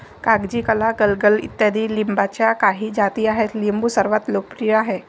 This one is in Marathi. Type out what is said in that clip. कागजी, काला, गलगल इत्यादी लिंबाच्या काही जाती आहेत लिंबू सर्वात लोकप्रिय आहे